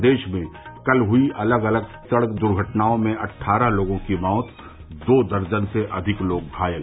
प्रदेश में कल हुई अलग अलग सड़क दुर्घटनाओं में अट्ठारह लोगों की मौत दो दर्जन से अधिक लोग घायल